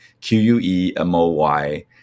Q-U-E-M-O-Y